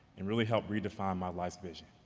and really help redefine my life's vision.